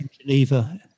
Geneva